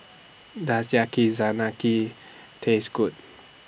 Does Yakizakana Key Taste Good